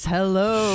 Hello